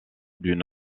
d’une